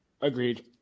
Agreed